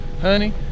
honey